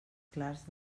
clars